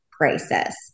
crisis